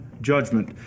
judgment